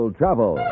travel